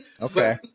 Okay